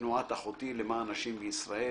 ותנועת "אחותי למען נשים בישראל"